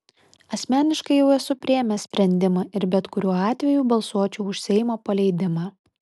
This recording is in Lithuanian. asmeniškai jau esu priėmęs sprendimą ir bet kuriuo atveju balsuočiau už seimo paleidimą